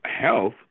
health